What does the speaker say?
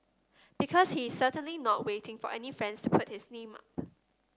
because he is certainly not waiting for any friends to put his name up